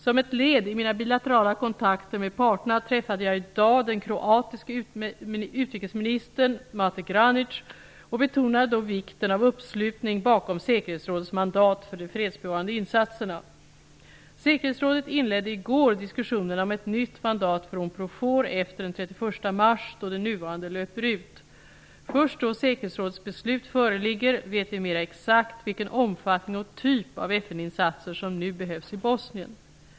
Som ett led i mina bilaterala kontakter med parterna träffade jag i dag den kroatiske utrikesministern Mate Granic och betonade då vikten av uppslutning bakom säkerhetsrådets mandat för de fredsbevarande insatserna. Säkerhetsrådet inledde i går diskussionerna om ett nytt mandat för Unprofor efter den 31 mars, då det nuvarande löper ut. Först då säkerhetsrådets beslut föreligger vet vi mera exakt vilken omfattning och typ av FN-insatser som nu behövs i Bosnien.